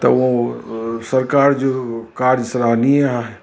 त उहो सरकारि जो कार्ज़ु साराहनीअ आहे